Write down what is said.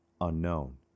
unknown